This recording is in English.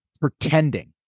pretending